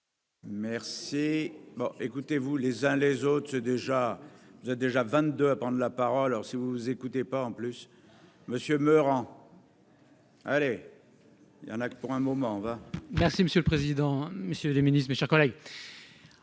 Merci. Bon, écoutez-vous les uns les autres déjà, vous êtes déjà 22 à prendre la parole, alors si vous nous écoutez pas en plus monsieur meurt en. Allez, il y en a pour un moment, on va. Merci monsieur le président, Monsieur le Ministre, mes chers collègues,